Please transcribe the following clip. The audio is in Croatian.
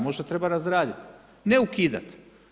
Možda treba razraditi, ne ukidati.